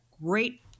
great